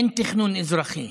אין תכנון אזרחי.